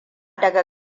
daga